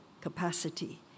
capacity